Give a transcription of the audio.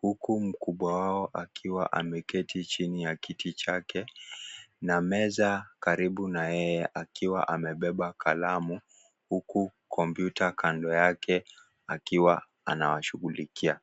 huku mkubwa wao akiwa ameketi chini ya kiti chake, na meza karibu na yeye akiwa amebeba kalamu, huku komputa kando yake akiwa anawashughulikia.